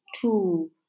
two